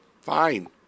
Fine